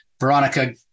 Veronica